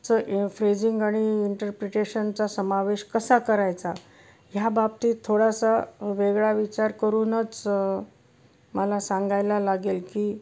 phrasing आणि इंटरप्रिटेशनचा समावेश कसा करायचा ह्या बाबतीत थोडासा वेगळा विचार करूनच मला सांगायला लागेल की